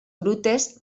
brutes